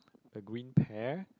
a green pear